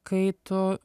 kai tu